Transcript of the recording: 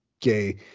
gay